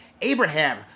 Abraham